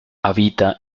habita